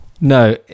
No